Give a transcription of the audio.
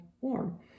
warm